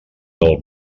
del